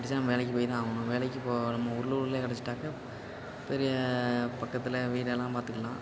பேசாமல் வேலைக்கு போய் தான் ஆகணும் வேலைக்கு போக நம்ம உள்ளூரில் கிடச்சிட்டாக்கா பெரிய பக்கத்தில் வீடெல்லாம் பார்த்துக்குலாம்